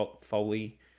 Foley